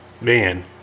man